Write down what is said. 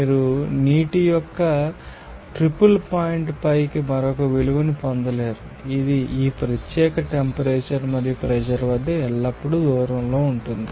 మీరు నీటి యొక్క ట్రిపుల్ పాయింట్ పైకి మరొక విలువను పొందలేరు ఇది ఈ ప్రత్యేక టెంపరేచర్ మరియు ప్రెషర్ వద్ద ఎల్లప్పుడూ దూరంలో ఉంటుంది